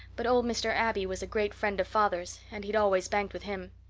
but old mr. abbey was a great friend of father's and he'd always banked with him.